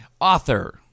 author